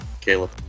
Caleb